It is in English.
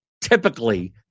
typically